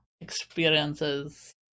experiences